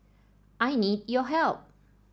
I need your help